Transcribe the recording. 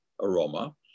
aroma